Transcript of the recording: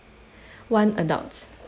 one adults